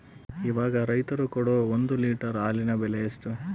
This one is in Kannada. ಇವಾಗ ರೈತರು ಕೊಡೊ ಒಂದು ಲೇಟರ್ ಹಾಲಿಗೆ ಬೆಲೆ ಎಷ್ಟು?